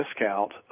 discount